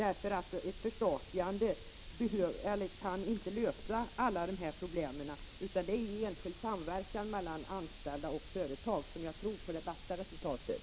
Ett förstatligande kan inte lösa alla dessa problem, utan jag tror att enskild samverkan mellan de anställda och företagen ger det bästa resultatet.